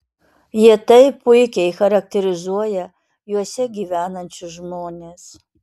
jie taip puikiai charakterizuoja juose gyvenančius žmones